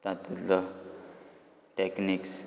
तातुतलो techniques